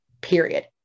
period